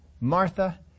Martha